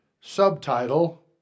subtitle